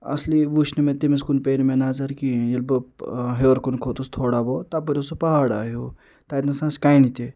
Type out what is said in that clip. اَصلی وٕچھ نہٕ مےٚ تٔمِس کُن پے نہٕ مےٚ نظر کِہیٖنۍ ییٚلہِ بہٕ ہیوٚر کُن کھوٚتُس تھوڑا بہت تپٲرۍ اوس سُہ پہاڑا ہیوٚو تَتہِ نَس آسہٕ کَنہِ تہِ